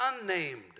unnamed